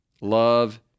Love